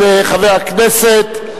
של חבר הכנסת,